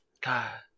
God